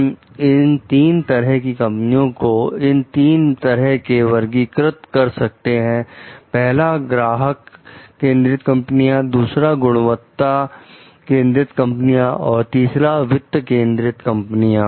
हम इन तीन तरह की कंपनियों को इन तीन तरह से वर्गीकृत कर सकते हैं पहला ग्राहक केंद्रित कंपनियां दूसरा गुणवत्ता केंद्रित कंपनियां और तीसरा वित्त केंद्रीय कंपनियां